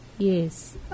Yes